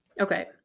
Okay